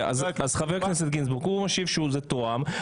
חבר הכנסת גינזבורג, הוא משיב שזה תואם.